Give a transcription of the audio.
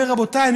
אומר: רבותיי,